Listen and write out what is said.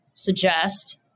Suggest